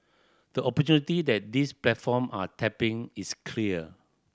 the opportunity that these platform are tapping is clear